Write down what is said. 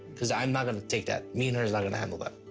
cause i'm not gonna take that. me and her's not gonna handle that.